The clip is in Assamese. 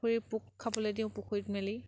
পুখুৰীৰ পোক খাবলৈ দিওঁ পুখুৰীত মেলি